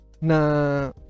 na